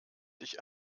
sich